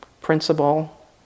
principle